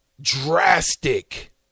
drastic